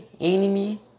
enemy